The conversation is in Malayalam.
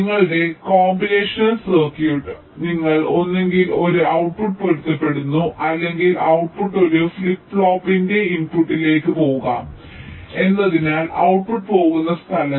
നിങ്ങളുടെ കോമ്പിനേഷണൽ സർക്യൂട്ട് അതിനാൽ നിങ്ങൾ ഒന്നുകിൽ ഒരു ഔട്ട്പുട്ടിനോട് പൊരുത്തപ്പെടുന്നു അല്ലെങ്കിൽ ഔട്ട്പുട്ട് ഒരു ഫ്ലിപ്പ് ഫ്ലോപ്പിന്റെ ഇൻപുട്ടിലേക്ക് പോകാം എന്നതിനാൽ ഔട്ട്പുട്ട് പോകുന്ന സ്ഥലങ്ങൾ